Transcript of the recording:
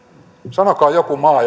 sanokaa joku maa